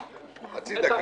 חצי דקה.